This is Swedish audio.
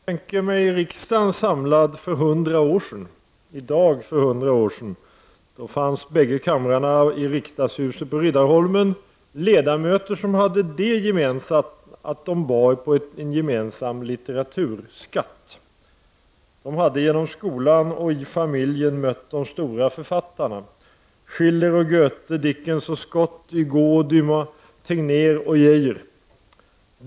Herr talman! Om jag tänker mig riksdagen samlad i dag för 100 år sedan fanns i de bägge kamrarna i riksdagshuset på Riddarholmen ledamöter som hade det gemensamt att de bar på en gemensam litteraturskatt. De hade genom skolan och i familjen mött de stora författarna: Schiller och Goethe, Dickens och Scott, Hugo och Dumas, Tegnér och Geijer.